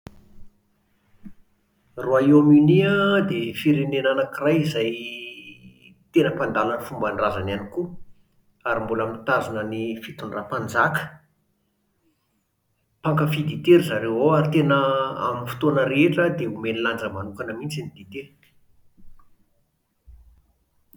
Royaume-Uni an dia firenena anankiray izay tena mpandala ny fombandrazany ihany koa, ary mbola mitazona ny fitondram-panjaka. Mpankafy dite ry zareo ao ary tena amin'ny fotoana rehetra dia omeny lanja manokana mihitsy ny dite.